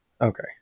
Okay